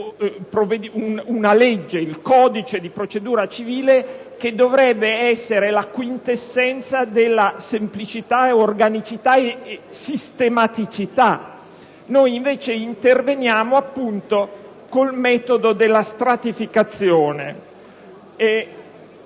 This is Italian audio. una legge, il codice di procedura civile, che dovrebbe essere la quintessenza della semplicità, organicità e sistematicità; interveniamo, invece, con il metodo della stratificazione.